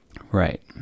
right